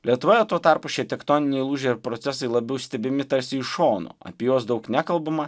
lietuvoje tuo tarpu šie tektoniniai lūžiai ir procesai labiau stebimi tarsi iš šono apie juos daug nekalbama